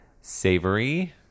Savory